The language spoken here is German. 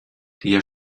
der